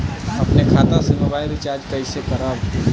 अपने खाता से मोबाइल रिचार्ज कैसे करब?